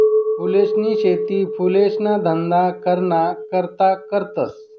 फूलसनी शेती फुलेसना धंदा कराना करता करतस